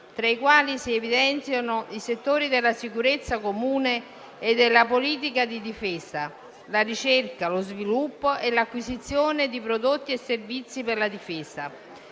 tra i quali si evidenziano i settori della sicurezza comune e della politica di difesa, la ricerca, lo sviluppo e l'acquisizione di prodotti e servizi per la difesa.